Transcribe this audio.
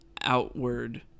outward